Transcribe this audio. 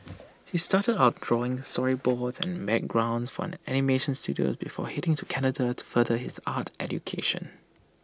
he started out drawing storyboards and backgrounds for an animation Studio before heading to Canada to further his art education